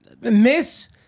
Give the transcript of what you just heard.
miss